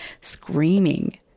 screaming